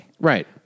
Right